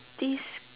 this